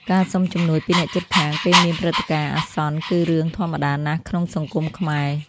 ការសុំជំនួយពីអ្នកជិតខាងពេលមានព្រឹត្តិការណ៍អាសន្នគឺរឿងធម្មតាណាស់ក្នុងសង្គមខ្មែរ។